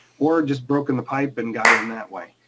or just broken the pipe and got in that way.